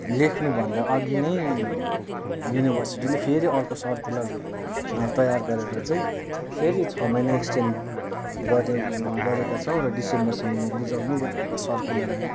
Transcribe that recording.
लेख्नु भन्दा अघि नै युनिभर्सिटीले फेरि अर्को सर्कुलर तयार गरेर चाहिँ फेरि छ महिना एक्सटेन्ड गरे गरेका छौँ र डिसेम्बरसम्ममा बुझाउनु भन्ने एउटा सर्कुलर आयो